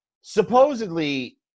Supposedly